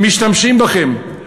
משתמשים בכם.